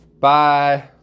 Bye